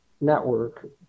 network